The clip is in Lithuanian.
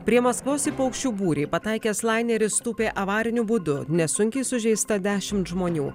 prie maskvos į paukščių būrį pataikęs laineris tūpė avariniu būdu nesunkiai sužeista dešimt žmonių